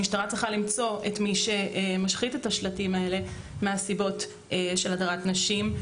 המשטרה צריכה למצוא את מי שמשחית את השלטים האלה מהסיבות של הדרת נשים.